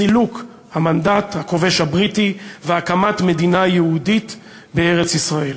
סילוק המנדט הכובש הבריטי והקמת מדינה יהודית בארץ-ישראל.